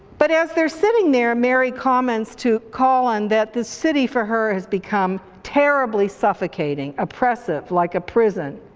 but as they're sitting there, mary comments to colin that the city for her has become terribly suffocating, oppressive like a prison.